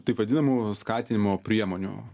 taip vadinamų skatinimo priemonių